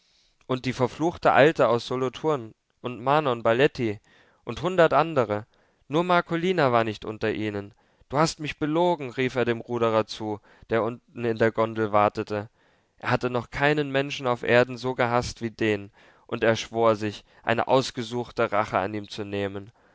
und die verfluchte alte aus solothurn und manon balletti und hundert andre nur marcolina war nicht unter ihnen du hast mich belogen rief er dem ruderer zu der unten in der gondel wartete er hatte noch keinen menschen auf erden so gehaßt wie den und er schwor sich zu eine ausgesuchte rache an ihm zu nehmen